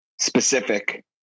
specific